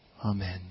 Amen